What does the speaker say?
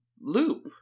loop